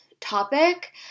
topic